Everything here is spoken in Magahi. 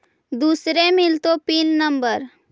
दुसरे मिलतै पिन नम्बर?